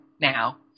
now